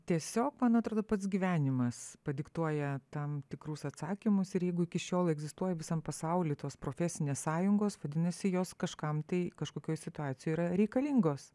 tiesiog man atrodo pats gyvenimas padiktuoja tam tikrus atsakymus ir jeigu iki šiol egzistuoja visam pasauliui tos profesinės sąjungos vadinasi jos kažkam tai kažkokioj situacijoj yra reikalingos